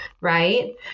right